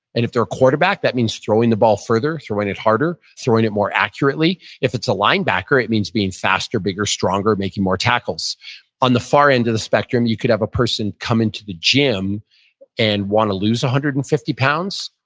and if they're a quarterback, that means throwing the ball further, throwing it harder, throwing it more accurately. if it's a linebacker, it means being faster, bigger, stronger, making more tackles on the far end of the spectrum you could have a person come into the gym and want to lose one hundred and fifty pounds.